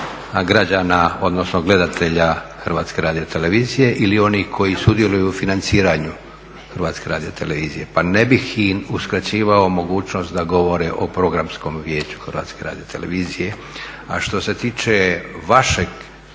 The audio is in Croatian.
Hrvatske radio televizije